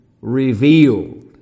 revealed